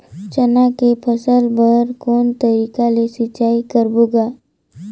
चना के फसल बर कोन तरीका ले सिंचाई करबो गा?